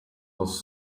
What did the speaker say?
was